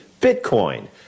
Bitcoin